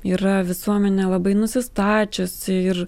yra visuomenė labai nusistačiusi ir